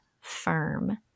firm